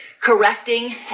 correcting